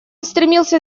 стремился